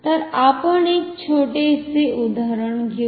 तर आपण एक छोटेसे उदाहरण घेऊ